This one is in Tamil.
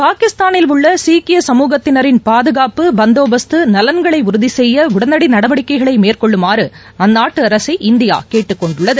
பாகிஸ்தானில் உள்ள சீக்கிய சமூகத்தினரின் பாதுகாப்பு பந்தோபஸ்து நலன்களை உறுதி செய்ய உடனடி நடவடிக்கைகளை மேற்கொள்ளுமாறு அந்நாட்டு அரசை இந்தியா கேட்டுக்கொண்டுள்ளது